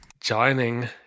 joining